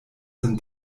sind